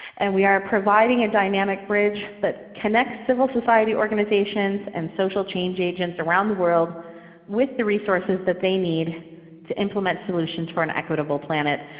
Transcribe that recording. and we are providing a dynamic bridge that connects civil society organizations and social change agents around the world with the resources that they need to implement solutions for an equitable planet.